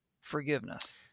forgiveness